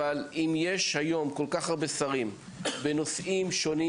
אבל אם יש היום כל-כך הרבה שרים בנושאים שונים